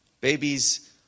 babies